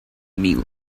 meal